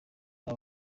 aba